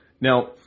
Now